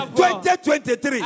2023